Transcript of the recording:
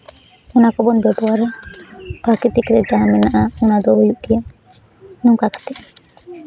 ᱱᱚᱣᱟ ᱠᱚᱵᱚᱱ ᱵᱮᱵᱚᱦᱟᱨᱟ ᱯᱨᱟᱠᱨᱤᱛᱤᱠ ᱨᱮ ᱡᱟᱦᱟᱸ ᱢᱮᱱᱟᱜᱼᱟ ᱚᱱᱟᱫᱚ ᱦᱩᱭᱩᱜ ᱜᱮᱭᱟ ᱱᱚᱝᱠᱟ ᱠᱟᱛᱮᱜ